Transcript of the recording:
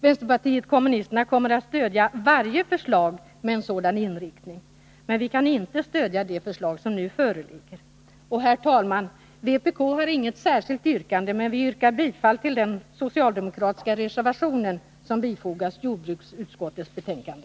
Vpk kommer att stödja varje förslag med en sådan inriktning, men vi kan inte stödja det förslag som nu föreligger. Herr talman! Vpk har inget särskilt yrkande, men vi yrkar bifall till den socialdemokratiska reservationen som bifogats jordbruksutskottets betänkande.